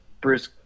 Bruce